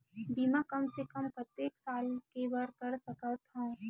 बीमा कम से कम कतेक साल के बर कर सकत हव?